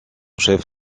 chef